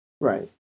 Right